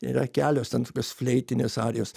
yra kelios ten tokios fleitinės arijos